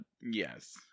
Yes